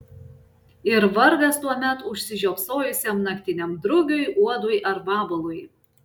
ir vargas tuomet užsižiopsojusiam naktiniam drugiui uodui ar vabalui